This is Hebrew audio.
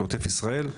עוטף ישראל.